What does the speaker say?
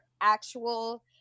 actual